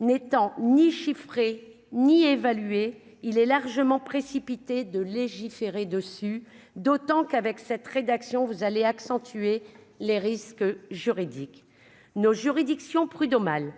n'étant ni chiffré ni évaluer, il est largement précipité de légiférer dessus, d'autant qu'avec cette rédaction vous allez accentuer les risques juridiques nos juridictions prud'homales